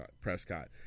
Prescott